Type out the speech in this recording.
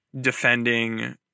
defending